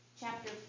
chapter